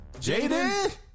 Jaden